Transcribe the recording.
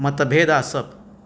मतभेद आसप